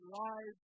lives